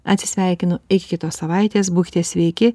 atsisveikinu iki kitos savaitės būkite sveiki